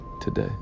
today